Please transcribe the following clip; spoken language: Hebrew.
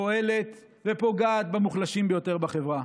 פועלת ופוגעת במוחלשים ביותר בחברה.